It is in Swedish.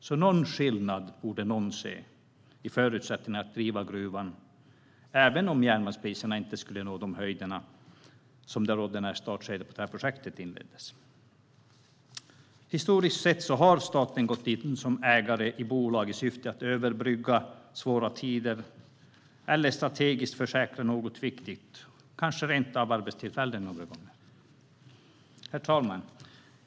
Så någon skillnad borde någon se i förutsättningarna att driva gruvan, även om järnmalmspriserna inte skulle nå de höjder som rådde när projektet inleddes. Historiskt sett har staten gått in som ägare i bolag i syfte att överbrygga svåra tider eller strategiskt försäkra något viktigt, kanske rent av arbetstillfällen några gånger. Herr talman!